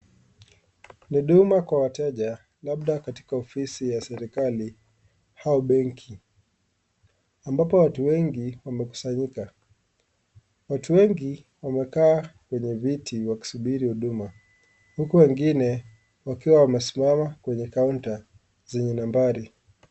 Ni huduma kwa wateja, labda katika ofisi ya serikali au Benki ambapo watu wengi wamekusanyika. Watu wengi wamekaa kwenye viti wakisuburi huduma huku wengine wakiwa wamesimama kwenye kaunta zenye nambari.